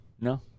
No